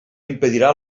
impedirà